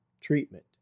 treatment